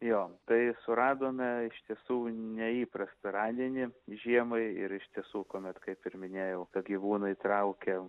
jo tai suradome iš tiesų neįprastą radinį žiemai ir iš tiesų kuomet kaip ir minėjau ka gyvūnai traukia